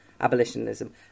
abolitionism